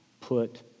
put